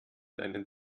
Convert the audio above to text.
deinen